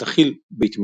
שתכיל בית מדרש,